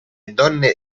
donne